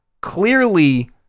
clearly